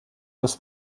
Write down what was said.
das